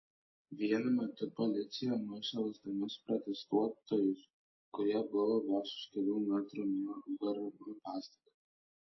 vienu metu policija mušė lazdomis protestuotojus kurie buvo vos už kelių metrų nuo vrm pastato